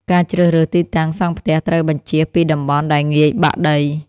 ការជ្រើសរើសទីតាំងសង់ផ្ទះត្រូវបញ្ចៀសពីតំបន់ដែលងាយបាក់ដី។